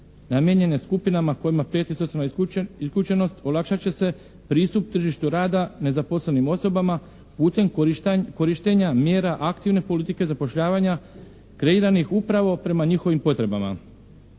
namijenjene skupina kojima … /Ne razumije se./ … isključenost olakšat će se pristup tržištu rada nezaposlenim osobama putem korištenja mjera aktivne politike zapošljavanja kreiranih upravo prema njihovim potrebama.